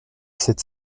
sept